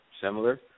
similar